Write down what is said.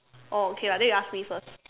oh okay lah then you ask me first